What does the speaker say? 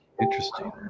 interesting